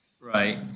right